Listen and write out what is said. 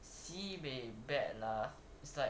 sibeh bad lah it's like